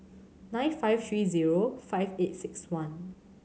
nine five three zero five eight six one